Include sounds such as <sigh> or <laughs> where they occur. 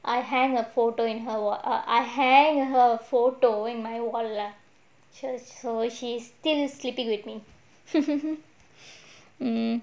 I hang a photo in her wall err I hang her photo in my wall lah so she's still sleeping with me <laughs>